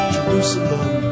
Jerusalem